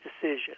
decision